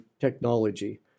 technology